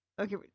okay